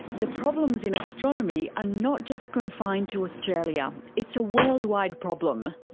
the problems in astronomy ah not just confined to australia. it's a worldwide problem.